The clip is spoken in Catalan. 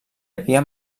havia